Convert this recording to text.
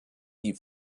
die